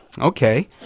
Okay